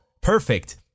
perfect